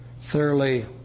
thoroughly